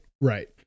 Right